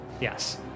Yes